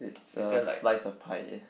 it's a slice of pie eh